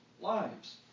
lives